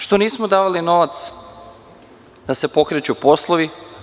Što nismo davali novac da se pokreću poslovi?